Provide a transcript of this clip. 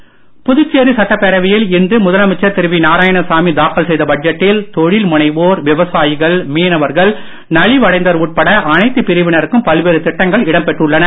மீண்டும் தலைப்புச் செய்திகள் புதுச்சேரி சட்டப் பேரவையில் இன்று முதலமைச்சர் திரு நாராயணசாமி தாக்கல் செய்த பட்ஜெட்டில் தொழில் முனைவோர் விவசாயிகள் மீனவர்கள் நலிவடைந்தோர் உட்பட அனைத்து பிரிவினருக்கும் பல்வேறு திட்டங்கள் இடம் பெற்றுள்ளன